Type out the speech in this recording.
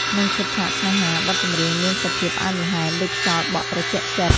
ក្នុងឈុតឆាកស្នេហា បទចម្រៀងមានសភាពផ្អែមល្ហែមដូចខ្យល់បក់ត្រជាក់ចិត្ត។